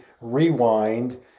rewind